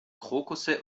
krokusse